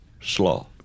slaw